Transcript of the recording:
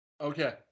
Okay